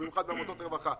במיוחד בעמותות הרווחה.